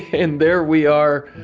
and there we are